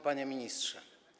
Panie Ministrze!